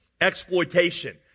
exploitation